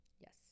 Yes